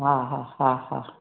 हा हा हा हा